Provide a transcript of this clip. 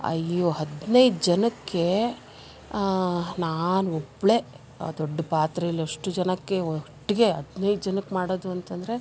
ಅಯ್ಯೋ ಹದಿನೈದು ಜನಕ್ಕೆ ನಾನು ಒಬ್ಳೇ ಆ ದೊಡ್ಡ ಪಾತ್ರೆಲ್ಲಿ ಅಷ್ಟು ಜನಕ್ಕೆ ಒಟ್ಟಿಗೆ ಹದಿನೈದು ಜನಕ್ಕೆ ಮಾಡೋದು ಅಂತಂದರೆ